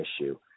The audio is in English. issue